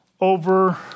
Over